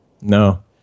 No